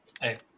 hey